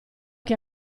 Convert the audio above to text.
che